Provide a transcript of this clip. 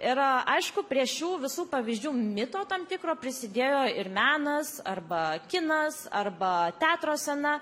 ir aišku prie šių visų pavyzdžių mito tam tikro prisidėjo ir menas arba kinas arba teatro scena